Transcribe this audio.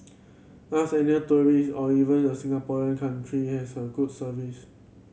ask any tourist or even a Singaporean country has a good service